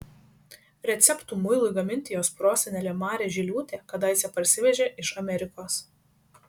receptų muilui gaminti jos prosenelė marė žiliūtė kadaise parsivežė iš amerikos